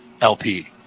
LP